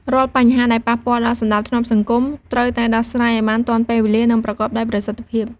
រាល់បញ្ហាដែលប៉ះពាល់ដល់សណ្តាប់ធ្នាប់សង្គម ត្រូវតែដោះស្រាយឱ្យបាន ទាន់ពេលវេលា និងប្រកបដោយប្រសិទ្ធភាព។